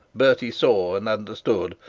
bertie saw and understood,